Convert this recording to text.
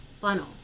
funnel